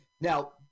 now